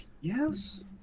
Yes